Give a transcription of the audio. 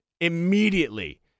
immediately